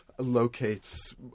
Locates